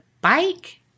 bike